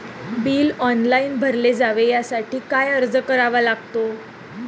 Bill online भरले जावे यासाठी काय अर्ज करावा लागेल?